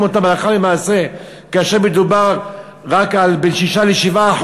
אותם הלכה למעשה כאשר מדובר רק על בין 6% ל-7%,